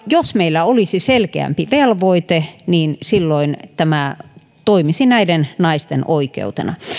jos meillä olisi selkeämpi velvoite niin silloin tämä toimisi näiden naisten oikeutena